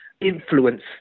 influence